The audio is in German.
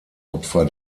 opfer